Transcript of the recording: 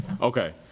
Okay